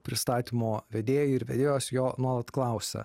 pristatymo vedėjai ir vedėjos jo nuolat klausia